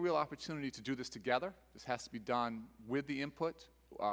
a real opportunity to do this together this has to be done with the input